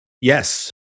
Yes